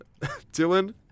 Dylan